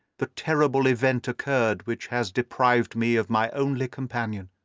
the terrible event occurred which has deprived me of my only companion.